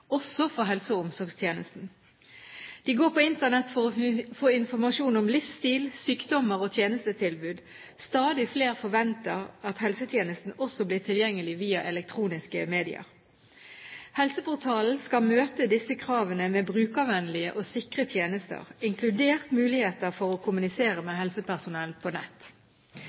også for helse- og omsorgstjenesten. De går på Internett for å få informasjon om livsstil, sykdommer og tjenestetilbud. Stadig flere forventer at helsetjenesten også blir tilgjengelig via elektroniske medier. Helseportalen skal møte disse kravene med brukervennlige og sikre tjenester, inkludert muligheter for å kommunisere med helsepersonell på nett.